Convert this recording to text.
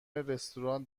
رستوران